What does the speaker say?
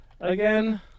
Again